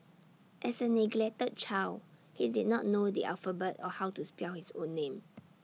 as A neglected child he did not know the alphabet or how to spell his own name